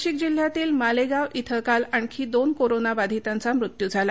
नाशिक जिल्ह्यातील मालेगाव इथं काल आणखी दोन कोरोनाबाधीतांचा मृत्यू झाला